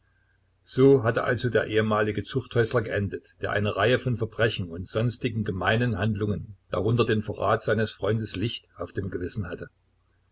so hatte also der ehemalige zuchthäusler geendet der eine reihe von verbrechen und sonstigen gemeinen handlungen darunter den verrat seines freundes licht auf dem gewissen hatte